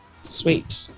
sweet